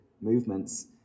movements